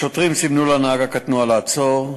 השוטרים סימנו לנהג הקטנוע לעצור,